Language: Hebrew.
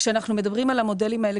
כשאנחנו מדברים על המודלים האלה,